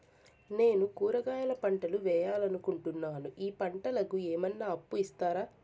నేను కూరగాయల పంటలు వేయాలనుకుంటున్నాను, ఈ పంటలకు ఏమన్నా అప్పు ఇస్తారా?